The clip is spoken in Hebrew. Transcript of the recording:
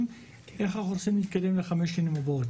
איך אנחנו רוצים להתקדם ל-5 השנים הבאות,